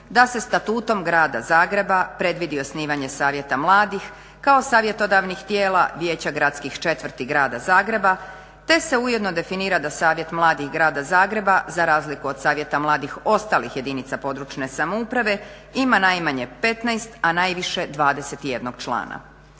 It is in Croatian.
da se Statutom Grada Zagreba predvidi osnivanje Savjeta mladih kao savjetodavnih tijela Vijeća gradskih četvrti Grada Zagreba te se ujedno definira da Savjet mladih Grada Zagreba za razliku od savjeta mladih ostalih jedinica područne samouprave, ima najmanje 15 a najviše 21 člana.